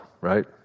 right